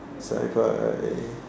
sigh pie